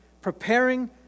preparing